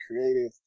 creative